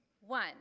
One